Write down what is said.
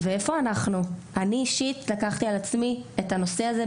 אני אישית לקחתי על עצמי את הנושא הזה.